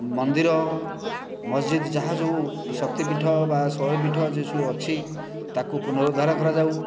ମନ୍ଦିର ମସଜିଦ ଯାହା ଯେଉଁ ଶକ୍ତି ପୀଠ ବା ଶୈବ ପୀଠ ଯେଉଁ ସବୁ ଅଛି ତାକୁ ପୁନରୁଦ୍ଧାର କରାଯାଉ